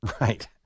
Right